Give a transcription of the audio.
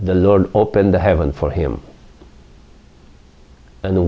the lord opened the heaven for him and the